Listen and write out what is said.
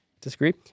Disagree